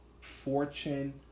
fortune